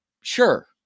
Sure